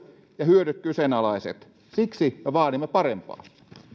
ja hyödyt kyseenalaiset siksi me vaadimme parempaa